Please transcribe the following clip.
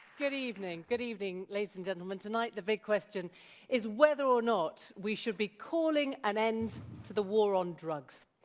good evening, good evening ladies and gentlemen. tonight the big question is whether or not we should be calling an end to the war on drugs.